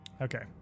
Okay